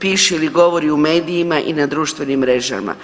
piše ili govori u medijima i na društvenim mrežama.